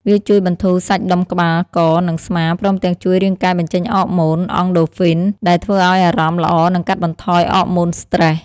វាជួយបន្ធូរសាច់ដុំក្បាល ក និងស្មា ព្រមទាំងជួយរាងកាយបញ្ចេញអ័រម៉ូន អង់ដូហ្វ៊ីន (Endorphins) ដែលធ្វើឲ្យអារម្មណ៍ល្អ និងកាត់បន្ថយអ័រម៉ូនស្ត្រេស។